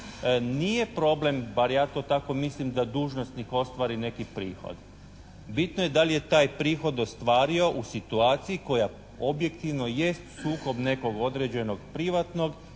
Nije problem, bar ja to tako mislim da dužnosnik ostvari neki prihod. Bitno je da li je taj prihod ostvario u situaciji koja objektivno jest sukob nekog određenog, privatnog